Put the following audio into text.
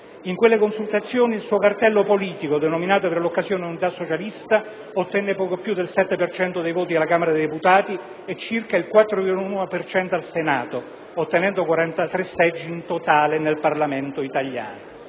In quelle consultazioni il suo cartello politico, denominato per l'occasione Unità socialista, ottenne poco più del 7 per cento dei voti alla Camera dei deputati e circa il 4,1 per cento al Senato, ottenendo 43 seggi in totale nel Parlamento italiano.